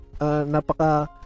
Napaka